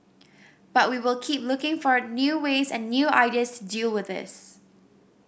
but we will keep looking for a new ways and new ideas deal with this